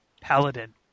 Paladin